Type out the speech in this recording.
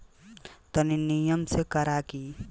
तनी निमन से करा की अच्छा से उग जाए